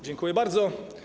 Dziękuję bardzo.